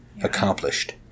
accomplished